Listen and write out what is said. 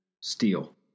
steel